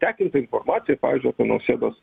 tekinta informacija pavyzdžiui apie nausėdos